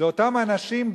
זה אותם אנשים,